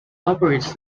operates